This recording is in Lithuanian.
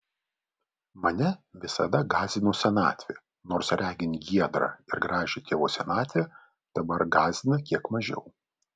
mane visada gąsdino senatvė nors regint giedrą ir gražią tėvo senatvę dabar gąsdina kiek mažiau